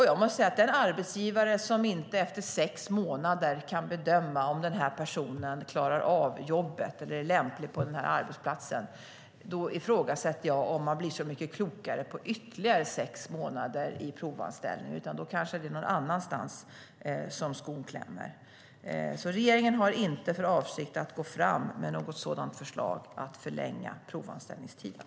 Jag måste säga att jag ifrågasätter om en arbetsgivare som inte efter sex månader kan bedöma om en person klarar av jobbet eller är lämplig på arbetsplatsen blir så mycket klokare av ytterligare sex månaders provanställning. Då kanske det är någon annanstans som skon klämmer. Regeringen har alltså inte för avsikt att gå fram med något förslag att förlänga provanställningstiden.